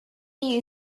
you